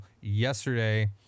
yesterday